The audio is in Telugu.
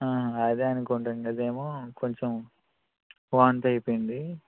ఆ అదే అనుకుంటున్నాము అదేమో కొంచెం వాంతి అయిపోయింది